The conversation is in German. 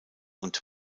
und